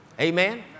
Amen